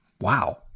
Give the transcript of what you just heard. Wow